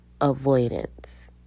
avoidance